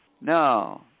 No